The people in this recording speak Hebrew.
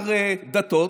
שר דתות,